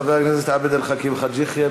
חבר הכנסת עבד אל חכים חאג' יחיא,